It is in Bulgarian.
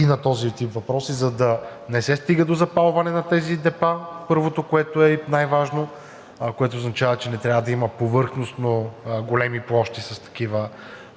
и на този тип въпроси, за да не се стига до запалване на тези депа. Първото, което е и най-важно, което означава, че не трябва да има повърхностно големи площи с такива